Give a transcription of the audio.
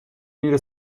میره